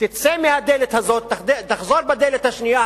תצא מהדלת הזאת, תחזור בדלת השנייה.